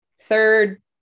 third